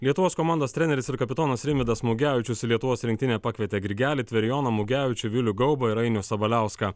lietuvos komandos treneris ir kapitonas rimvydas mugevičius į lietuvos rinktinę pakvietė grigelį tverijoną mugevičių vilių gaubą ir ainių sabaliauską